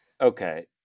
okay